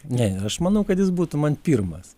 ne aš manau kad jis būtų man pirmas